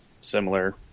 similar